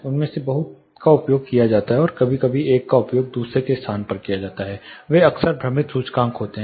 उनमें से बहुत का उपयोग किया जाता है और कभी कभी एक का उपयोग दूसरे के स्थान पर किया जाता है वे अक्सर भ्रमित सूचकांक होते हैं